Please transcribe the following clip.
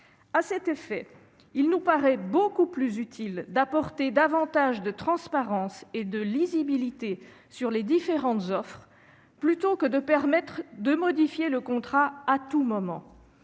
À cet égard, il nous paraît beaucoup plus utile d'apporter davantage de transparence et de lisibilité sur les différentes offres plutôt que de permettre de modifier le contrat à tout moment.